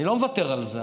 אני לא מוותר על זה.